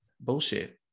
bullshit